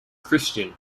christian